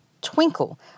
twinkle